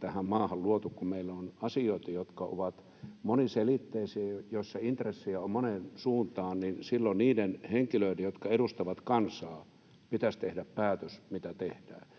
tähän maahan luotu, että kun meillä on asioita, jotka ovat moniselitteisiä ja joissa intressejä on moneen suuntaan, niin silloin niiden henkilöiden, jotka edustavat kansaa, pitäisi tehdä päätös, mitä tehdään.